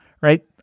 right